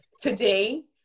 Today